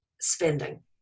spending